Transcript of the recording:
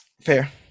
Fair